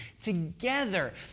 together